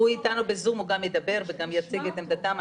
הוא איתנו בזום, הוא גם ידבר וגם יציג את עמדתם.